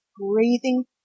breathing